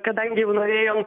kadangi jau norėjom